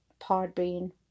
Podbean